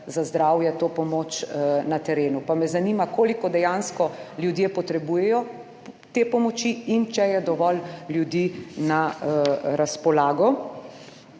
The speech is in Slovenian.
za zdravje, to pomoč na terenu. Pa me zanima, koliko dejansko ljudje potrebujejo te pomoči in če je dovolj ljudi na razpolago?